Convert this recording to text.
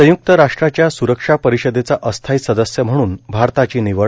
संयुक्त राष्ट्राच्या सुरक्षा परिषदेचा अस्थायी सदस्य म्हणून भारताची निवड